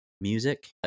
music